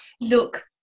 Look